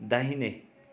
दाहिने